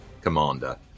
commander